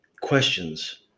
questions